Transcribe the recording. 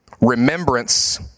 remembrance